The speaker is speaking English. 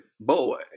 boy